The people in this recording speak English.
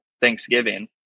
Thanksgiving